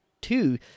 Two